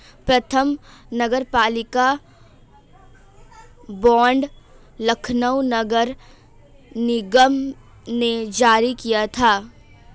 प्रथम नगरपालिका बॉन्ड लखनऊ नगर निगम ने जारी किया था